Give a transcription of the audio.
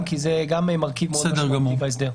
כי גם זה מרכיב מאוד משמעותי בהסדר.